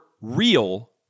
real